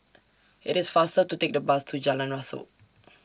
IT IS faster to Take The Bus to Jalan Rasok